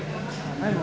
Hvala